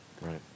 Right